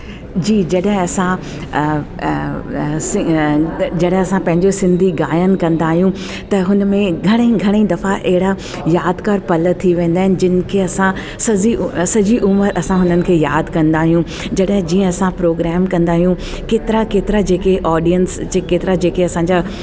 जी जॾहिं असां जॾहिं असां पंहिंजो सिंधी गायन कंदा आहियूं त हुन में घणेई घणेई दफ़ा अहिड़ा यादगार पल थी वेंदा आहिनि जिन खे असां सॼी सॼी उमिरि असां हुननि खे यादि कंदा आहियूं जॾहिं जीअं असां प्रोग्राम कंदा आहियूं केतिरा केतिरा जेके ऑडियंस जे केतिरा जेके असांजा